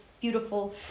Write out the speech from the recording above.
beautiful